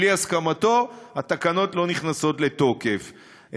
בלי הסכמתו התקנות לא נכנסות לתוקף,